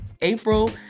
April